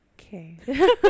Okay